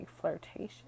flirtation